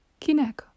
kinek